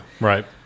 right